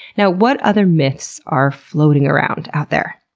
now, what other myths are floating around out there?